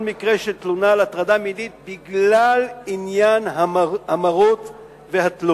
מקרה של תלונה על הטרדה מינית בגלל עניין המרות והתלות.